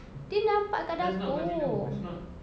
dia nampak dekat dapur